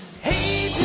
Hey